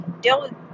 deal